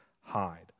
hide